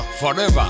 Forever